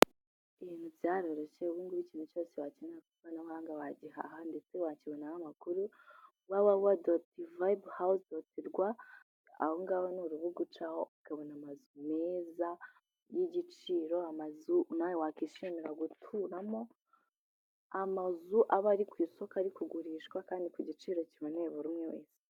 Ibintu byaroroshye ubungu ikintu cyose wakenera ku ikoranabuhanga wagihaha ndetse bakibonaho n'amakuru wa wa wa doti vayibe hawuzi doti rwa, aho ngaho ni urubugacaho ukabona amazu meza y'igiciro nawe wakwishimira guturamo, amazu aba ari ku isoko ari kugurishwa kandi ku giciro kiboneye buri umwe wese.